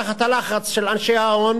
תחת הלחץ של אנשי ההון